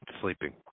sleeping